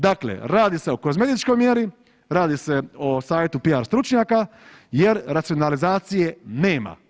Dakle, radi se o kozmetičkoj mjeri, radi o savjetu PR stručnjaka jer racionalizacije nema.